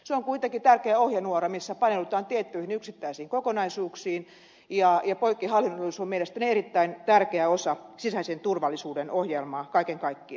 se on kuitenkin tärkeä ohjenuora missä paneudutaan tiettyihin yksittäisiin kokonaisuuksiin ja poikkihallinnollisuus on mielestäni erittäin tärkeä osa sisäisen turvallisuuden ohjelmaa kaiken kaikkiaan